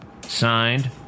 Signed